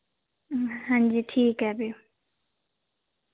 हां जी ठीक ऐ फ्ही